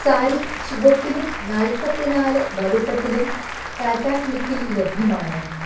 സാരി ചുവപ്പിലും നാൽപ്പത്തിനാല് വലുപ്പത്തിലും ടാറ്റ ക്ലിക്കിൽ ലഭ്യമാണോ